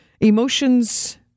emotions